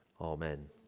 amen